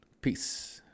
Peace